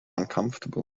uncomfortable